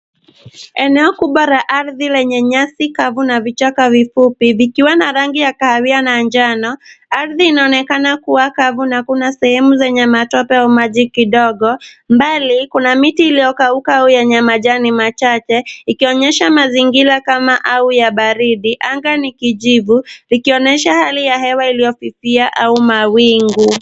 Eneo kubwa la ardhi lenye nyasi kavu na vichaka vifupi vikiwa na rangi ya kahawia na ya njano. Ardhi inaonekana kuwa kavu na kuna sehemu zenye matope au maji kidogo. Mbali kuna miti iliyokauka au yenye majani machache ikionyesha mazingira kama au ya baridi. Anga ni kijivu likionyesha hali ya hewa iliyofifia au mawingu.